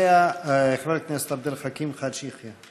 אחריה, חבר הכנסת עבד אל חכים חאג' יחיא.